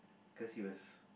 cause he was